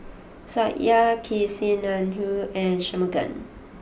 Satya Kasinadhuni and Shunmugam